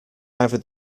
either